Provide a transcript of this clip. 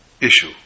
issue